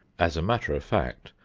as a matter of fact,